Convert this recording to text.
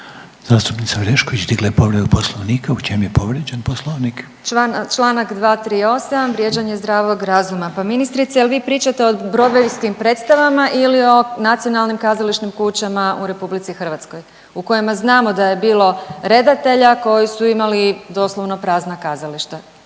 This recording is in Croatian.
Poslovnik? **Orešković, Dalija (Stranka s imenom i prezimenom)** Članak 238. vrijeđanje zdravog razuma. Pa ministrice jel' vi pričate o brodvejskim predstavama ili o nacionalnim kazališnim kućama u Republici Hrvatskoj u kojima znamo da je bilo redatelja koji su imali doslovno prazna kazališta.